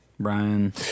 Brian